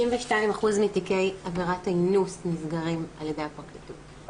92% מתיקי עבירת אינוס נסגרים על ידי הפרקליטות,